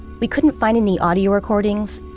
we couldn't find any audio recordings,